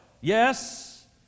Yes